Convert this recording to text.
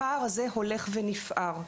הפער הזה הולך ונפער.